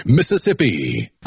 Mississippi